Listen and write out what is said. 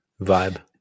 vibe